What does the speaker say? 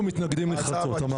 הצבעה אושר אנחנו מתנגדים נחרצות.